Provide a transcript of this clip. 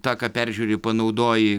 tą ką peržiūri panaudoji